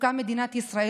דווקא מדינת ישראל,